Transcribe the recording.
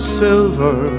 silver